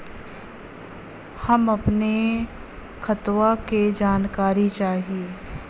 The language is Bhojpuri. हम अपने खतवा क जानकारी चाही?